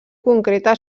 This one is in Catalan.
concreta